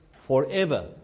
forever